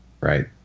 right